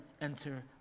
enter